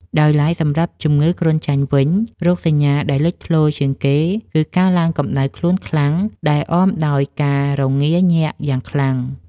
ដោយឡែក សម្រាប់ជំងឺគ្រុនចាញ់វិញ រោគសញ្ញាដែលលេចធ្លោជាងគេគឺការឡើងកម្ដៅខ្លួនខ្លាំងដែលអមដោយការរងាញាក់យ៉ាងខ្លាំង។